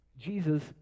Jesus